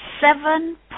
seven